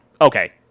okay